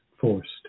forced